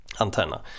antenna